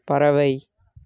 பறவை